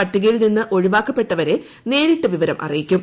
പട്ടികയിൽ നിന്ന് ഒഴിവാക്കപ്പെട്ടവരെ നേരിട്ട് വിവരം അറിയിക്കും